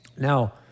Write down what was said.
Now